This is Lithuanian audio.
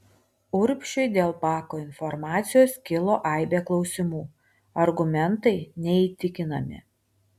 urbšiui dėl bako informacijos kilo aibė klausimų argumentai neįtikinami